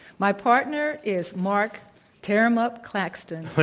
my partner is marq tear em up claxton.